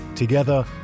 Together